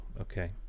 okay